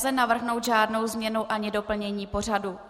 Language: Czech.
Nelze navrhnout žádnou změnu ani doplnění pořadu.